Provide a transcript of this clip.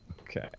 Okay